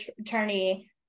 attorney